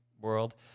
world